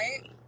right